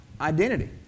identity